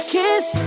kiss